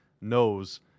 knows